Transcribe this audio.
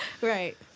Right